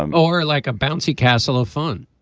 um or like a bouncy castle of fun